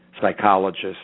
psychologist